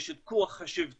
יש את כוח השבטיות,